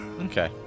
Okay